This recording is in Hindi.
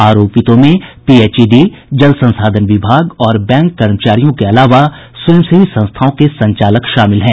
आरोपितों में पीएचईडी जल संसाधन विभाग और बैंक कर्मचारियों के अलावा स्वयंसेवी संस्थाओं के संचालक शामिल हैं